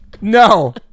No